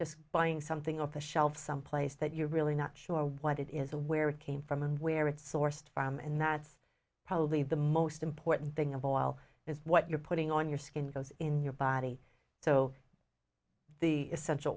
just buying something up a shelf someplace that you're really not sure what it is a where it came from and where it's sourced from and that's probably the most important thing of oil is what you're putting on your skin goes in your body so the